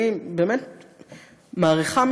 אני באמת מעריכה,